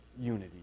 unity